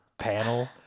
panel